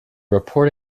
report